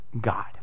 God